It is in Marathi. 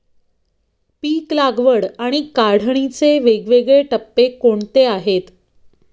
पीक लागवड आणि काढणीचे वेगवेगळे टप्पे कोणते आहेत?